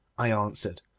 i answered.